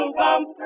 bump